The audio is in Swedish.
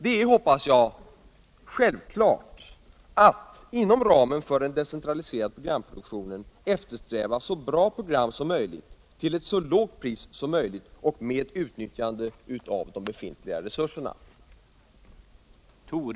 Det är, hoppas jag, självklart att inom ramen för en decentraliserad programproduktion eftersträva så bra program som möjligt till ett så lågt pris som möjligt och med utnyttjande av befintliga resurser.